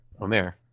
Omer